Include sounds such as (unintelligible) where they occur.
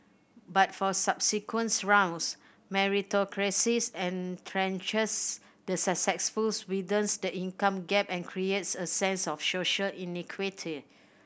but for subsequent rounds meritocracy entrenches the successful (unintelligible) widens the income gap and creates a sense of social inequity